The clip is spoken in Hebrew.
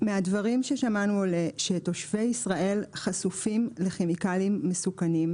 מהדברים ששמענו עולה שתושבי ישראל חשופים לכימיקלים מסוכנים,